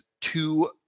two